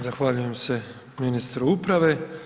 Zahvaljujem se ministru uprave.